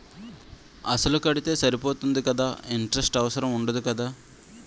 అసలు కడితే సరిపోతుంది కదా ఇంటరెస్ట్ అవసరం ఉండదు కదా?